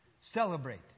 Celebrate